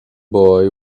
boy